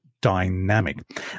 dynamic